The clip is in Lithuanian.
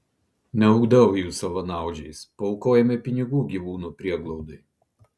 neugdau jų savanaudžiais paaukojame pinigų gyvūnų prieglaudai